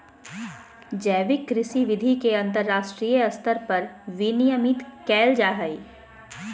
जैविक कृषि विधि के अंतरराष्ट्रीय स्तर पर विनियमित कैल जा हइ